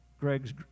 Greg's